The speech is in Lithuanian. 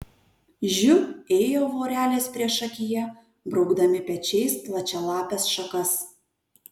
žiu ėjo vorelės priešakyje braukdami pečiais plačialapes šakas